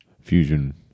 Fusion